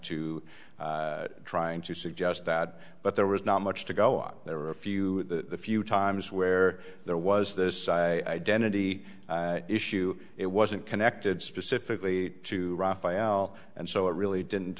to trying to suggest that but there was not much to go out there were a few the few times where there was this identity issue it wasn't connected specifically to rafael and so it really didn't